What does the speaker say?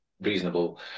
reasonable